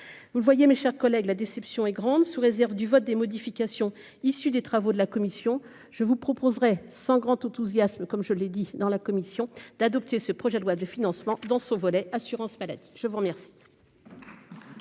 vous le voyez, mes chers collègues, la déception est grande, sous réserve du vote des modifications issues des travaux de la commission je vous proposerai sans grand enthousiasme, comme je l'ai dit, dans la commission d'adopter ce projet de loi de financement dans son volet assurance-maladie je vous remercie.